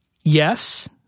Yes